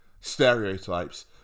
stereotypes